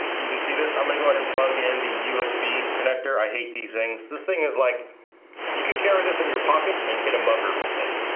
you can see this i'm gonna go ahead and plug in the usb connector i hate these things this thing is like you could carry this in your pocket and hit a mugger with it,